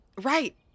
Right